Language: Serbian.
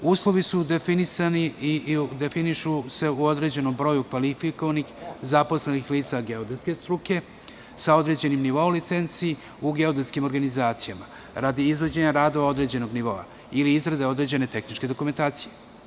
Uslovi su definisani i definišu se u određenom broju kvalifikovanih zaposlenih lica geodetske struke sa određenim nivoom licenci u geodetskim organizacijama, radi izvođenja radova određenog nivoa ili izrade određene tehničke dokumentacije.